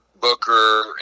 Booker